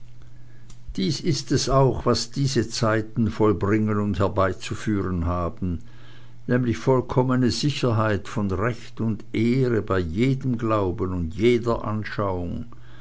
dies es auch was diese zeiten zu vollbringen und herbeizuführen haben nämlich vollkommene sicherheit von recht und ehre bei jedem glauben und jeder anschauung